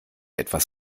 etwas